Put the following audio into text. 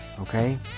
okay